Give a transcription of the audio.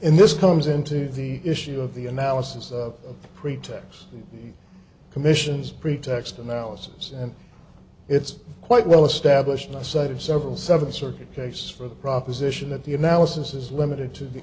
in this comes into the issue of the analysis of pretax commissions pretext analysis and it's quite well established not cited several seventh circuit case for the proposition that the analysis is limited to the